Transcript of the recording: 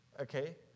Okay